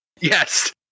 Yes